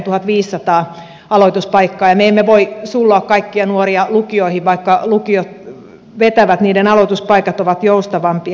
me emme voi sulloa kaikkia nuoria lukioihin vaikka lukiot vetävät niiden aloituspaikat ovat joustavampia